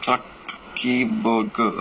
clarke quay burger